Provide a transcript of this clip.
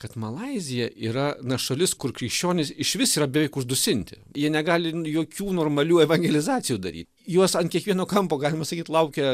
kad malaizija yra na šalis kur krikšionys išvis yra beveik uždusinti jie negali jokių normalių evangelizacijų daryt juos ant kiekvieno kampo galima sakyt laukia